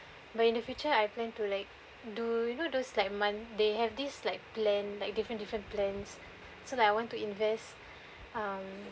but in the future I plan to like do you know those like month they have this like plan like different different plans so that I want to invest um